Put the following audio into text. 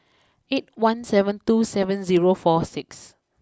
eight one seven two seven zero four six